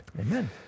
Amen